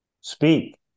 speak